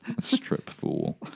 Strip-fool